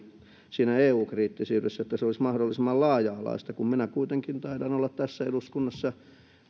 siinä eu kriittisyydessä että se olisi mahdollisimman laaja alaista kun minä kuitenkin taidan olla tässä eduskunnassa